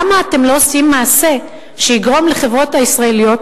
למה אתם לא עושים מעשה שיגרום לחברות הישראליות